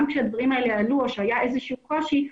כאשר הדברים האלה עלו או שהיה איזשהו קושי,